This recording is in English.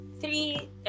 three